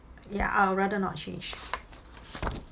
ya I would rather not change